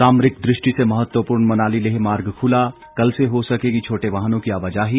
सामरिक दृष्टि से महत्वपूर्ण मनाली लेह मार्ग खुला कल से हो सकेगी छोटे वाहनों की आवाजाही